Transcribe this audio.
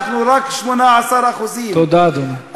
אנחנו רק 18% תודה, אדוני.